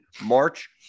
March